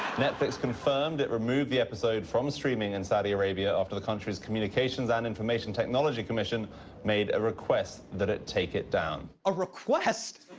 netflix confirmed it removed the episode from streaming in saudi arabia after the country's communications and information technology commission made a request that it take it down. a request?